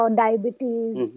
diabetes